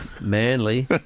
manly